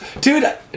Dude